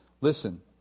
Listen